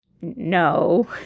no